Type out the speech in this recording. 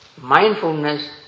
mindfulness